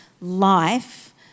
life